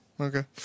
Okay